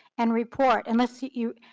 and report unless you,